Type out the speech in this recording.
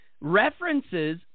references